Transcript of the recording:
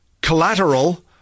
Collateral